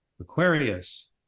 Aquarius